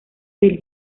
del